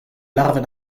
larves